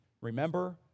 Remember